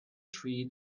tree